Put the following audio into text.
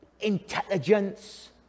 intelligence